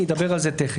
אני אדבר על זה תכף.